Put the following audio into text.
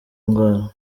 indwara